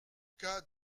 cas